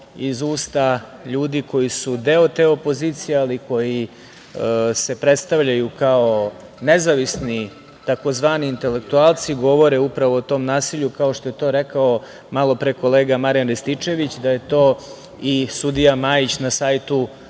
iz usta ljudi koji su deo opozicije, ali koji se predstavljaju kao nezavisni, tzv. intelektualci, govore upravo o tom nasilju, kao što je to rekao kolega Marijan Rističević, da je to i sudija Majić na sajtu